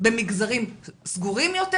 במגזרים סגורים יותר?